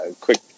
quick